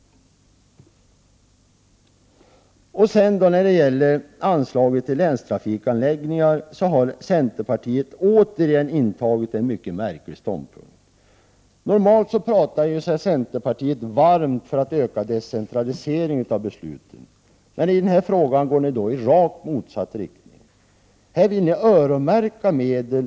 När det gäller anslaget till länstrafikanläggningar har centerpartiet återigen intagit en mycket märklig ståndpunkt. Normalt pratar man sig i centerpartiet varm för att man skall öka decentraliseringen av beslut. I denna fråga går ni i rakt motsatt riktning. Här vill ni öronmärka medel.